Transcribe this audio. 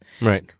Right